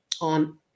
on